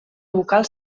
vocal